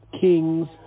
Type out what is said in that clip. kings